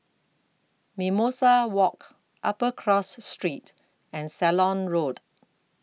Mimosa Walk Upper Cross Street and Ceylon Road